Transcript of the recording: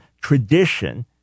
tradition